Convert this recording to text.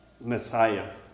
Messiah